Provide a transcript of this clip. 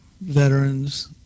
veterans